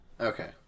Okay